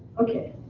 okay,